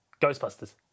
Ghostbusters